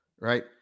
right